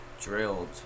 drilled